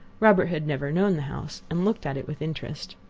robert had never known the house, and looked at it with interest.